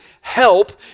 help